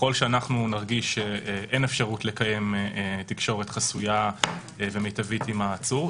ככל שנרגיש שאין אפשרות לקיים תקשורת חסויה ומיטבית עם העצור,